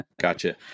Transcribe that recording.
Gotcha